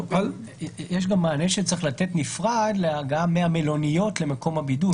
יש גם מענה שצריך לתת בנפרד להגעה מהמלוניות למקום הבידוד.